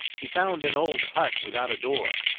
he found an old hut without a door.